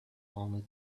only